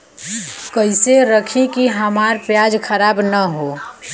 कइसे रखी कि हमार प्याज खराब न हो?